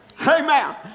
Amen